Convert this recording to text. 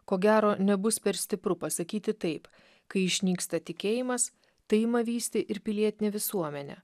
ko gero nebus per stipru pasakyti taip kai išnyksta tikėjimas tai ima vysti ir pilietinė visuomenė